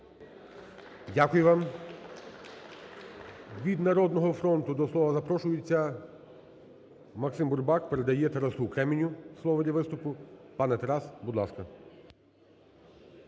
Дякую вам. Від "Народного фронту" до слова запрошується Максим Бурбак, передає Тарасу Креміню слово для виступу. Пане Тарас, будь ласка.